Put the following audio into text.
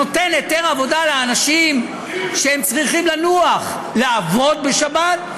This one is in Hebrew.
שנותן היתר לאנשים שצריכים לנוח לעבוד בשבת,